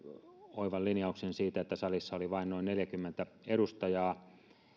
oivan linjauksen siitä että salissa oli vain noin neljäkymmentä edustajaa